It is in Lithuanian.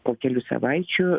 po kelių savaičių